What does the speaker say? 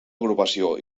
agrupació